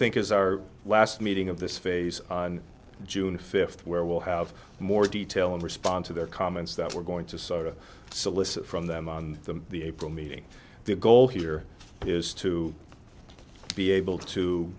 think is our last meeting of this phase on june fifth where we'll have more detail and respond to their comments that we're going to sort of solicit from them on the april meeting the goal here is to be able to